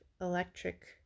electric